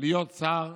להיות שר,